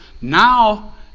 Now